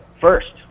first